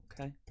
Okay